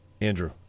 Andrew